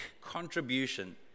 contribution